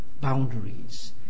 boundaries